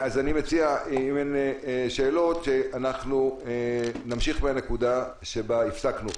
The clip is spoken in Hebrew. אני מציע שאם אין שאלות נמשיך בנקודה שבה הפסקנו.